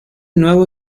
nuevo